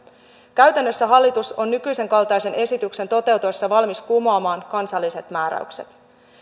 käytännössä hallitus on nykyisen kaltaisen esityksen toteutuessa valmis kumoamaan kansalliset määräykset